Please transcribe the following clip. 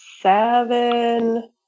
seven